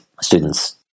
students